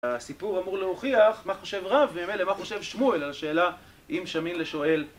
הסיפור אמור להוכיח מה חושב רב והם אלה, מה חושב שמואל על השאלה אם שמין לשואל